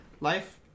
Life